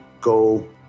go